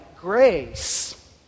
grace